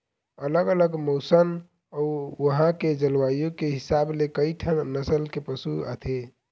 अलग अलग मउसन अउ उहां के जलवायु के हिसाब ले कइठन नसल के पशु आथे